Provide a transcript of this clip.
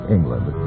England